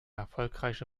erfolgreiche